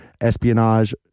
espionage